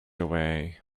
away